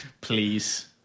please